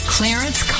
Clarence